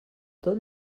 tot